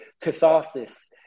catharsis